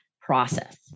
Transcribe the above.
process